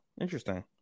interesting